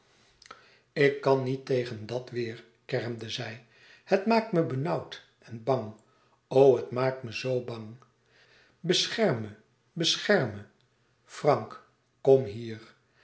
ik kan niet tegen dat weêr kermde zij het maakt me benauwd en bang o het maakt me zoo bang bescherm me bescherm me frank kom hier